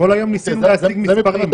כל היום ניסינו להציג מספרים.